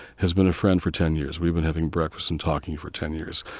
has been a friend for ten years. we've been having breakfast and talking for ten years.